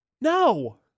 no